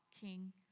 King